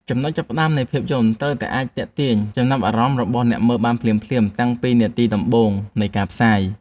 ចំណុចចាប់ផ្ដើមនៃភាពយន្តត្រូវតែអាចទាក់ទាញចំណាប់អារម្មណ៍របស់អ្នកមើលបានភ្លាមៗតាំងពីនាទីដំបូងនៃការផ្សាយ។